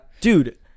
Dude